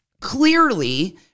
clearly